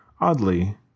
oddly